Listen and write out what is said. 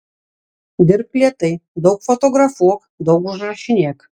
dirbk lėtai daug fotografuok daug užrašinėk